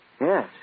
Yes